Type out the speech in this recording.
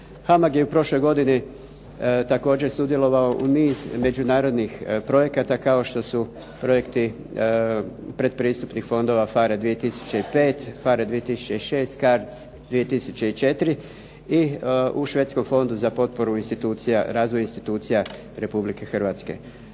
HAMAG je u prošloj godini također sudjelovao u niz međunarodnih projekata kao što su projekti predpristupnih fondova PHARE 2005., PHARE 2006., CARDS 2004. i u švedskom fondu za potporu institucija, razvoj institucija Republike Hrvatske.